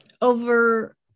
over